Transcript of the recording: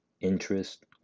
interest